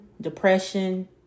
depression